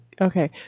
okay